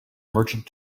merchant